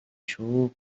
шүү